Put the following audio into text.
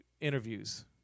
interviews